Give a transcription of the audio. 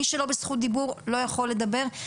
מי שלא בזכות דיבור לא יכול לדבר,